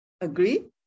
Agree